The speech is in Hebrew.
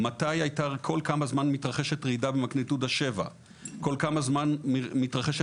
כל כמה זמן מתרחשת רעידה במגניטודה 7. כל כמה זמן מתרחשת